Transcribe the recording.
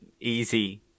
easy